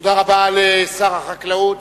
תודה רבה לשר החקלאות.